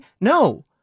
No